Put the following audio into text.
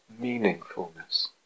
meaningfulness